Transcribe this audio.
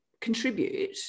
contribute